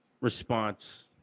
response